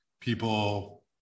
people